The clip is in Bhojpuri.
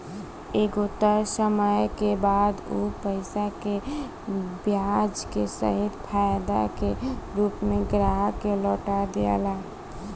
एगो तय समय के बाद उ पईसा के ब्याज के सहित फायदा के रूप में ग्राहक के लौटा दियाला